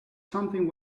something